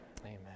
Amen